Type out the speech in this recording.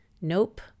Nope